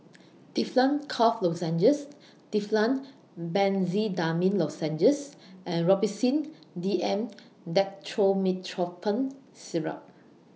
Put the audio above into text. Difflam Cough Lozenges Difflam Benzydamine Lozenges and Robitussin D M Dextromethorphan Syrup